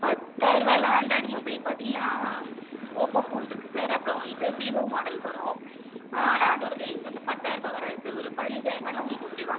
பத்தாயரூபால Android mobile பார்த்தீங்கன்னா Oppo phone இருக்குது sir அப்புறம் வந்து வீவோ மாடல் வரும் ஆனால் அதோடய ரேஞ்ச் வந்து பத்தாயரூபாய் வராது சார் ஒரு பதினைஞ்சாயரூபானா உங்களுக்கு ஓகேவா